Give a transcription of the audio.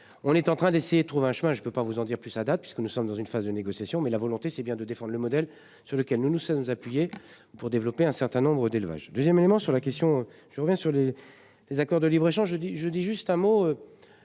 on est en train d'essayer trouver un chemin, je ne peux pas vous en dire plus. Ça date, puisque nous sommes dans une phase de négociations, mais la volonté c'est bien de défendent le modèle sur lequel nous nous sommes appuyés pour développer un certain nombre d'élevages 2ème élément sur la question, je reviens sur les les accords de libre-échange dis je dis juste un mot.